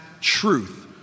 truth